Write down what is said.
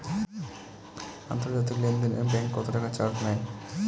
আন্তর্জাতিক লেনদেনে ব্যাংক কত টাকা চার্জ নেয়?